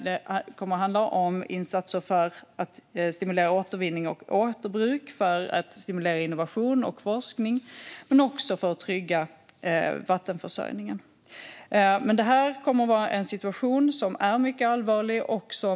Det kommer att handla om insatser för att stimulera återvinning och återbruk, stimulera innovation och forskning och även trygga vattenförsörjningen. Men det kommer att vara en mycket allvarlig situation.